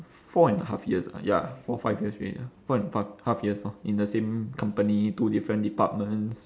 four and half years ya four five years already four and five half years orh in the same company two different departments